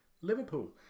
Liverpool